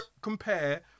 compare